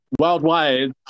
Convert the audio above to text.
worldwide